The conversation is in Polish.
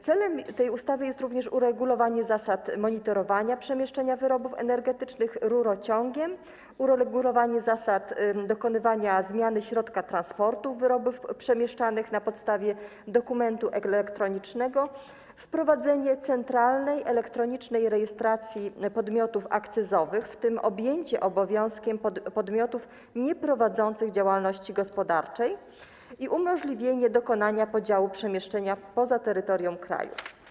Celem tej ustawy jest również uregulowanie zasad monitorowania przemieszczania wyrobów energetycznych rurociągiem, uregulowanie zasad dokonywania zmiany środka transportu wyrobów przemieszczanych na podstawie dokumentu elektronicznego, wprowadzenie centralnej, elektronicznej rejestracji podmiotów akcyzowych, w tym objęcie obowiązkiem podmiotów nieprowadzących działalności gospodarczej, i umożliwienie dokonania podziału przemieszczenia poza terytorium kraju.